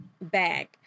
bag